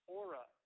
aura